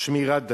"שמירת דתו",